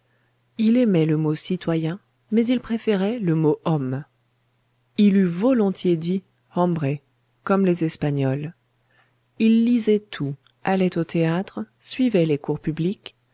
il aimait le mot citoyen mais il préférait le mot homme il eût volontiers dit hombre comme les espagnols il lisait tout allait aux théâtres suivait les cours publics